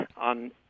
on